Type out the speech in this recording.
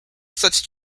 such